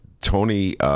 Tony